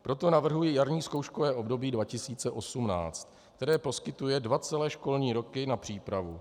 Proto navrhuji jarní zkouškové období 2018, které poskytuje dva celé školní roky na přípravu.